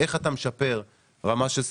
איך אתה משפר רמה של שחקן?